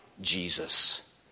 Jesus